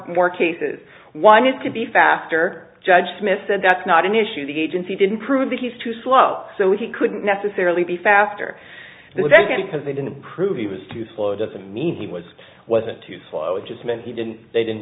more cases one is to be faster judge smith said that's not an issue the agency didn't prove that he's too slow so he couldn't necessarily be faster the second because they didn't prove he was too slow doesn't mean he was wasn't too slow it just meant he didn't they didn't